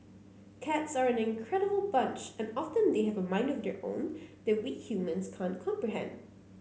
cats are an incredible bunch and often they have a mind of their own that we humans can't comprehend